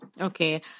Okay